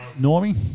Normie